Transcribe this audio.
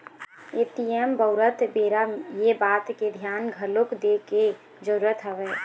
ATM बउरत बेरा ये बात के धियान घलोक दे के जरुरत हवय